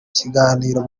kiganiro